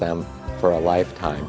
them for a lifetime